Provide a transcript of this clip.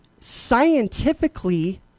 scientifically